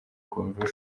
convention